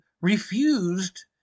refused